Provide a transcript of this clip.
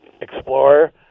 Explorer